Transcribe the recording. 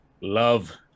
Love